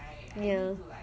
ya